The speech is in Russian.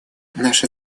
наша